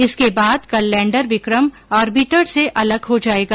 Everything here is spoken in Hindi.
इसके बाद कल लैंडर विक्रम आर्बिटर से अलग हो जाएगा